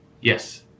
Yes